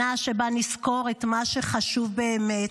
שנה שבה נזכור את מה שחשוב באמת: